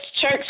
church